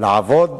לעבוד